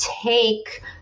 take